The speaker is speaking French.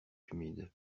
humide